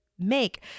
make